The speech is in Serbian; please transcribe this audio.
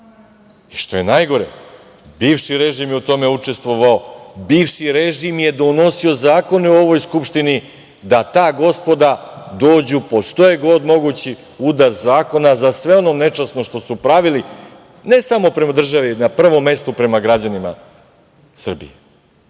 i što je najgore, bivši režim je u tome učestvovao, bivši režim je donosio zakone u ovoj Skupštini, da ta gospoda dođu po što je god mogući udar zakona za sve ono nečasno što su pravili, ne samo prema državi, na prvom mestu prema građanima Srbije. Sa